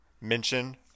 mention